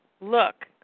Look